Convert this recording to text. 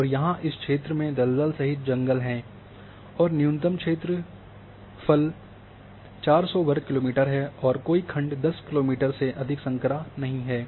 और यहाँ इस क्षेत्र में दलदल सहित जंगल हैं और न्यूनतम क्षेत्र फल 400 वर्ग किलोमीटर और कोई खंड 10 किलोमीटर से अधिक संकरा नहीं है